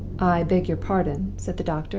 i beg your pardon, said the doctor,